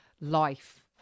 life